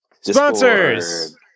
Sponsors